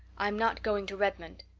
i'm not going to redmond.